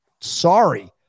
Sorry